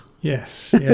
Yes